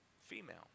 female